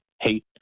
hate